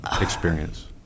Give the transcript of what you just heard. experience